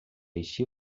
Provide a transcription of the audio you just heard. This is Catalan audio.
així